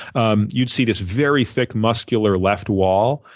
um you'd see this very thick muscular left wall,